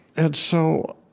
and so,